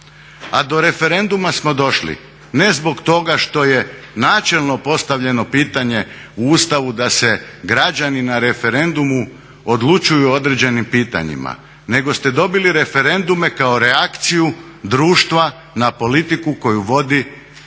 A do referenduma smo došli ne zbog toga što je načelno postavljeno pitanje u Ustavu da se građani na referendumu odlučuju o određenim pitanjima nego ste dobili referendume kao reakciju društva na politiku koju vodi kukuriku